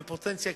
כשרה בפוטנציה,